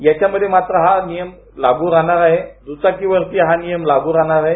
याच्यामध्ये मात्र हा नियम लागू राहणार आहे द्चाकीवर हा नियम लागू राहणार आहे